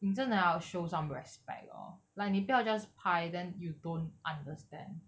你真的要 show some respect lor like 你不要 just 拍 then you don't understand